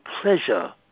pleasure